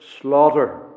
slaughter